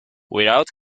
without